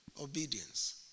obedience